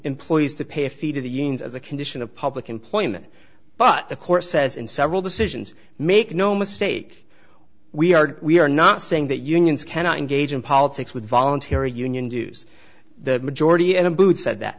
employees to pay a fee to the unions as a condition of public employment but the court says in several decisions make no mistake we are we are not saying that unions cannot engage in politics with voluntary union dues that majority in a booth said that